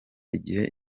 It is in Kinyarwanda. igihe